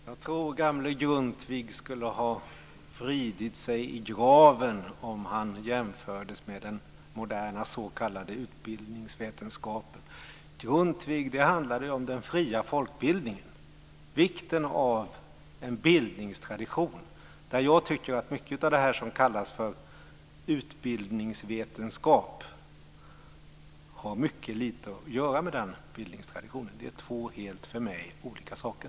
Fru talman! Jag tror att gamle Grundtvig skulle ha vridit sig i graven om han jämfördes med den moderna s.k. utbildningsvetenskapen. Grundtvig stod ju för den fria folkbildningen och vikten av en bildningstradition. Jag tycker att mycket av det som kallas för utbildningsvetenskap har väldigt lite att göra med den bildningstraditionen. För mig är det två helt olika saker.